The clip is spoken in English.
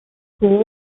schools